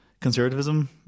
conservatism